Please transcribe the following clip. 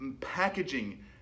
packaging